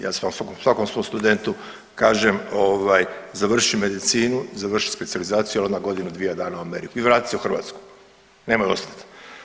Ja svakom svom studentu kažem završi medicinu, završi specijalizaciju i onda godinu, dvije dana u Ameriku i vrati se u Hrvatsku, nemoj ostati.